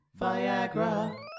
Viagra